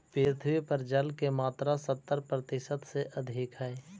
पृथ्वी पर जल के मात्रा सत्तर प्रतिशत से अधिक हई